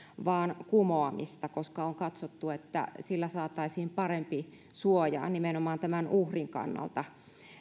vaan kumoamista koska on katsottu että sillä saataisiin parempi suoja nimenomaan uhrin kannalta